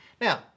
now